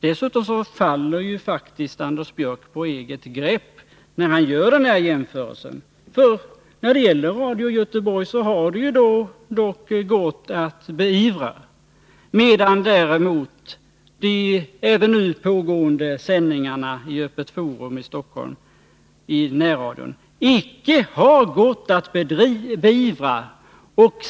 Dessutom faller faktiskt Anders Björck på eget grepp när han gör den här jämförelsen. Radio Göteborgs sändningar har det dock gått att beivra. Däremot har de även nu pågående sändningarna i Öppet Forum i Stockholms närradio icke gått att beivra.